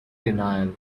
denial